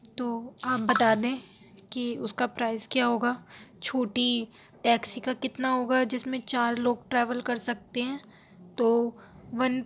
تو آپ بتا دیں کہ اُس کا پرائز کیا ہوگا چھوٹی ٹیکسی کا کتنا ہوگا جس میں چار لوگ ٹریول کر سکتے ہیں تو ون